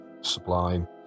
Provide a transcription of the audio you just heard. sublime